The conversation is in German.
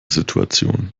situation